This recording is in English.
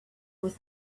with